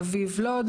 האלה.